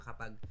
kapag